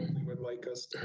would like us. joe